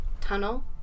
tunnel